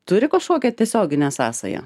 turi kažkokią tiesioginę sąsają